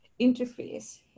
interface